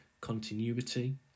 continuity